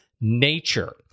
nature